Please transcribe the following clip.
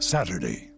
Saturday